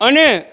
અને